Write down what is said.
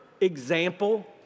example